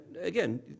again